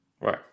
Right